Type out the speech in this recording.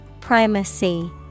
Primacy